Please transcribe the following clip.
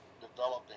developing